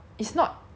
牛肉